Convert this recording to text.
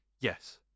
yes